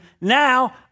Now